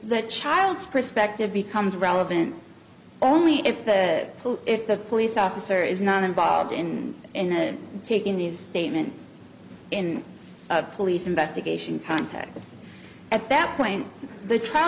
the child's perspective becomes relevant only if the police if the police officer is not involved in in it taking these statements in a police investigation context at that point the trial